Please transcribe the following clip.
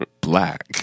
black